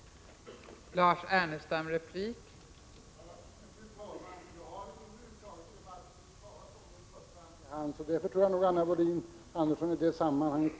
29 april 1987